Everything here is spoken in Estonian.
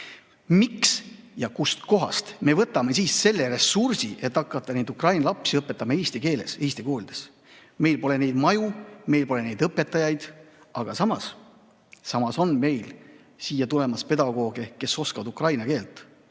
Miks ja kust kohast me võtame siis selle ressursi, et hakata neid ukraina lapsi õpetama eesti keeles eesti koolides? Meil pole selleks maju, meil pole õpetajaid. Aga samas on meil siia tulemas pedagooge, kes oskavad ukraina keelt.